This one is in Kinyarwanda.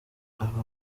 aba